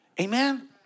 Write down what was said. Amen